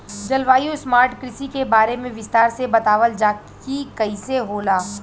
जलवायु स्मार्ट कृषि के बारे में विस्तार से बतावल जाकि कइसे होला?